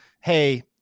Hey